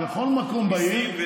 בכל מקום בעיר,